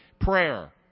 Prayer